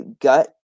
gut